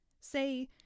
Say